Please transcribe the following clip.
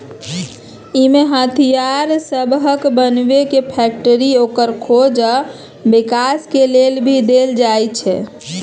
इमे हथियार सबहक बनेबे के फैक्टरी, ओकर खोज आ विकास के लेल भी देल जाइत छै